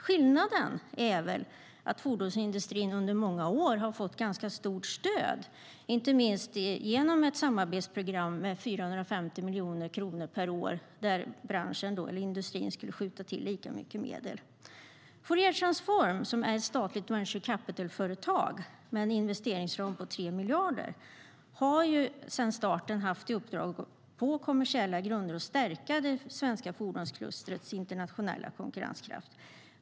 Skillnaden är väl att fordonsindustrin under många år fått ganska stort stöd, inte minst genom ett samarbetsprogram med 450 miljoner kronor per år, där industrin skulle skjuta till lika mycket medel. Fouriertransform, som är ett statligt venture capital-företag med en investeringsram på 3 miljarder, har sedan starten haft i uppdrag att på kommersiella grunder stärka det svenska fordonsklustrets internationella konkurrenskraft.